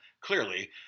Clearly